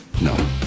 No